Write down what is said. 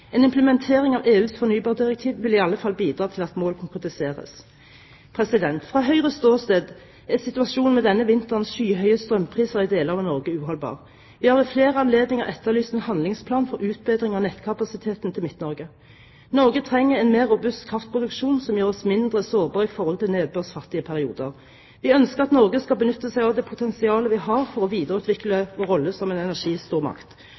En implementering av EUs fornybardirektiv vil i alle fall bidra til at mål konkretiseres. Fra Høyres ståsted er situasjonen med denne vinterens skyhøye strømpriser i deler av Norge uholdbar. Vi har ved flere anledninger etterlyst en handlingsplan for utbedring av nettkapasiteten til Midt-Norge. Norge trenger en mer robust kraftproduksjon som gjør oss mindre sårbare i nedbørsfattige perioder. Vi ønsker at Norge skal benytte seg av det potensialet vi har for å videreutvikle vår rolle som en energistormakt.